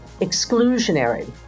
exclusionary